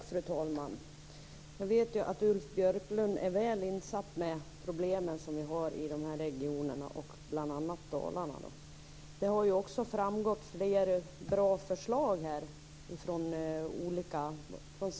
Fru talman! Jag vet ju att Ulf Björklund är väl insatt i de problem som vi har i de här regionerna, bl.a. i Dalarna. Det har också framkommit flera bra förslag här från t.ex.